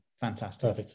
Fantastic